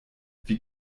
wie